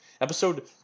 Episode